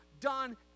done